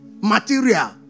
material